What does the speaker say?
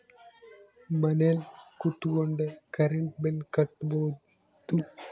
ಮನೆಲ್ ಕುತ್ಕೊಂಡ್ current bill ಕಟ್ಬೊಡು